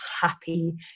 happy